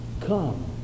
Come